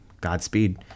Godspeed